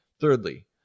Thirdly